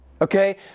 Okay